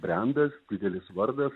brendas didelis vardas